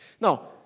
Now